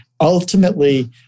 ultimately